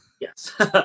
Yes